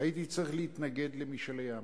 הייתי צריך להתנגד למשאלי עם,